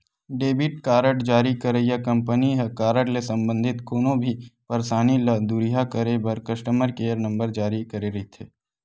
debit card जारी करइया company ह कारड ले संबंधित कोनो भी परसानी ल दुरिहा करे बर कस्टमर केयर नंबर जारी करे रहिथे